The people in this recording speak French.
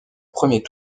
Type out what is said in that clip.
premier